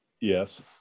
Yes